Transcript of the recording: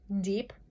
deep